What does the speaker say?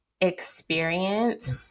experience